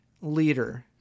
leader